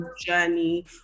journey